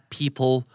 people